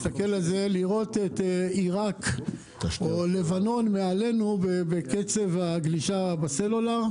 עיראק או את לבנון מעלינו בקצב הגלישה בסלולר.